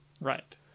Right